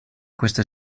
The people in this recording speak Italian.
queste